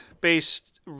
based